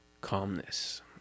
calmness